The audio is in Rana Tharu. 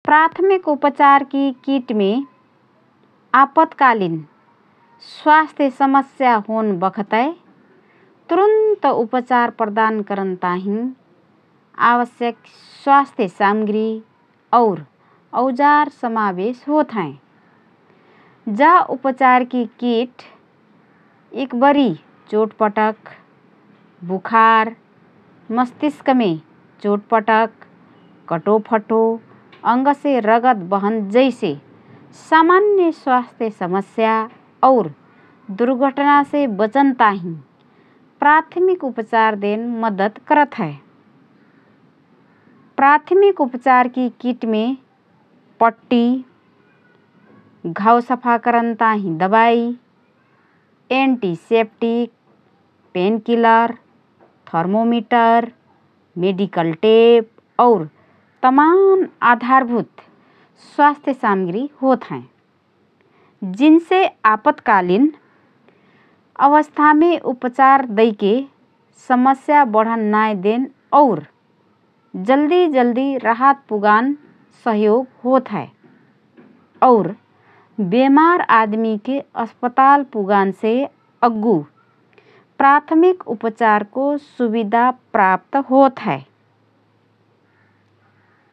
प्राथमिक उपचारकी किटमे आपतकालीन स्वास्थ्य समस्या होन बखतए तुरन्त उपचार प्रदान करन ताहिँ आवश्यक स्वास्थ्य सामग्री और औजार समावेश होतहएँ । जा उपचारकी किट इक्बरी चोटपटक, बुखार, मस्तिष्कमे चोटपटक, कटोफटो अङ्गसे रगत बहन जैसे सामान्य स्वास्थ्य समस्या और दुर्घटनासे बचन ताहिँ प्राथमिक उपचार देन मद्दत करतहए । प्राथमिक उपचारकी किटमे पट्टी, घाव सफा करन ताहिँ दबाई, antiseptic, painkiller, thermometer, medical tape और तमान आधारभूत स्वास्थ्य सामग्री होतहएँ । जिनसे आपतकालिन अवस्थामे उपचार दैके समस्या बढ्न नाएँ देन और जल्दी जल्दी राहत पुगान सहयोग होतहए और बेमार आदमीके अस्पताल पुगनसे अग्गु प्राथमिक उपचारको सुविधा प्राप्त होतहए ।